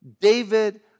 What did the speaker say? David